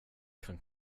kan